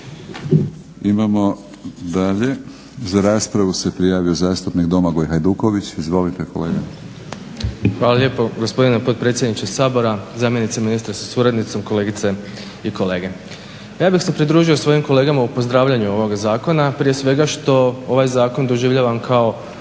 Imamo dalje. Za raspravu se prijavo zastupnik Domagoj Hajduković. **Hajduković, Domagoj (SDP)** Hvala lijepo, gospodine potpredsjedniče Sabora. Zamjenice ministra sa suradnicom, kolegice i kolege. Ja bih se pridružio svojim kolegama u pozdravljanju ovoga zakona, prije svega što ovaj zakon doživljavam kao